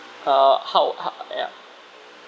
uh how ha~ ya